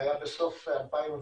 בסוף 2015, החרגנו את כל סוגי העבירות